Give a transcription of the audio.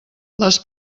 les